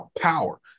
power